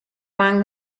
among